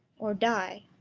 or die.